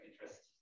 interest